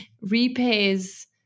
repays